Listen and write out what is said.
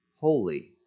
holy